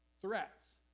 threats